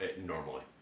normally